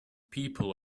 people